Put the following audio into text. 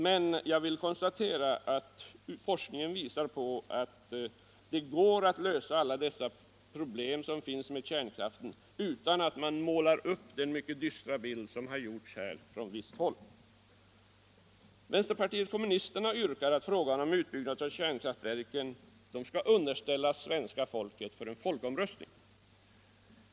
Men jag vill konstatera att forskningen visar på att det går att lösa alla problem med kärnkraften utan att man målar upp den mycket dystra bild som har gjorts från visst håll. Vänsterpartiet kommunisterna yrkar att frågan om utbyggnad av kärnkraftverken skall underställas svenska folket i en folkomröstning.